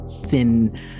thin